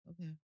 Okay